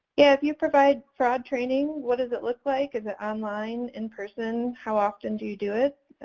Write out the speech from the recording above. if you provide fraud training what does it look like and it online, in person, how often do you do it? ah,